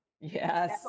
Yes